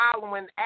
following